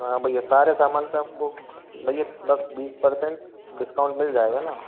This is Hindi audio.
हाँ भैया सारे सामान पे हमको भैया दस बीस पर्सेंट डिस्काउंट मिल जाएगा ना